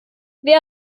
wer